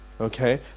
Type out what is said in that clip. Okay